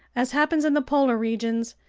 as happens in the polar regions,